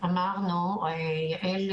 אוהד לימור,